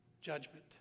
judgment